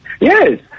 Yes